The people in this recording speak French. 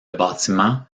bâtiments